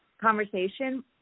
conversation